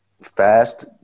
fast